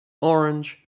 orange